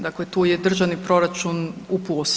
Dakle, tu je državni proračun u plusu.